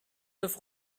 neuf